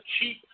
cheap